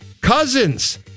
Cousins